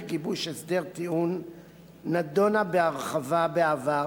גיבוש הסדר טיעון נדונה בהרחבה בעבר